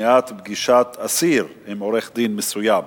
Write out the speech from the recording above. (מניעת פגישת אסיר עם עורך-דין מסוים),